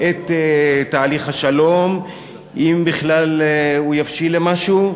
את תהליך השלום אם בכלל הוא יבשיל למשהו,